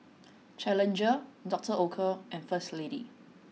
challenger Doctor Oetker and First Lady